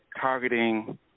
targeting